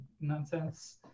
nonsense